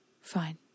Fine